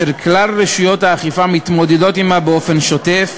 אשר כלל רשויות האכיפה מתמודדות עמה באופן שוטף.